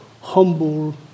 humble